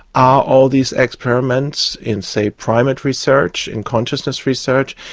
are all these experiments in, say, primate research, in consciousness research,